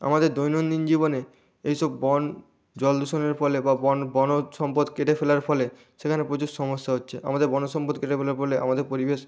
আমাদের দৈনন্দিন জীবনে এই সব বন জল দূষণের ফলে বা বন বনজ সম্পদ কেটে ফেলার ফলে সেখানে প্রচুর সমস্যা হচ্ছে আমাদের বনজ সম্পদ কেটে ফেলার ফলে আমাদের পরিবেশ